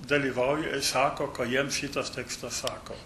dalyvauja sako ką jiems šitas tekstas sako